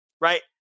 Right